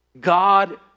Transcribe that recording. God